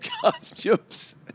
costumes